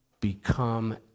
become